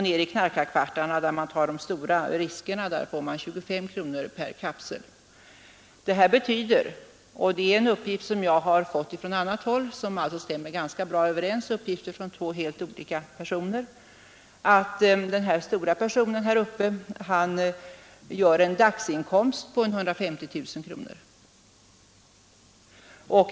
Nere i knarkarkvartarna, där man tar de stora riskerna, får man 25 kronor per kapsel Detta betyder, och det stämmer ganska bra överens med uppgifter som jag fått även från annat håll, att toppmannen gör sig en dagsinkomst på ungefär 150 000 kronor.